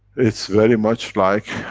it's very much like,